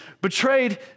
betrayed